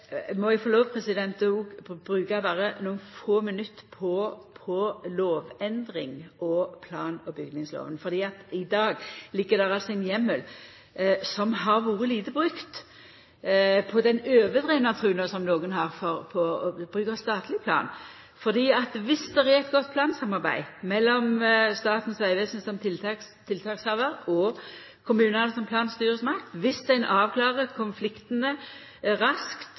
må eg få lov til å bruka berre nokre få minutt på lovendring og plan- og bygningslova. I dag ligg det ein heimel som har vore lite brukt når det gjeld den overdrevne trua som nokon har på å bruka statleg plan, for dersom det er eit godt plansamarbeid mellom Statens vegvesen som tiltakshavar og kommunane som planstyresmakt, og dersom ein avklarer konfliktane raskt